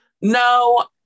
No